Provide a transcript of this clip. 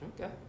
Okay